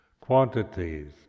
quantities